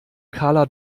karla